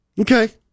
Okay